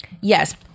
Yes